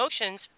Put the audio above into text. emotions